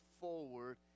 forward